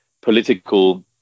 political